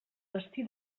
destí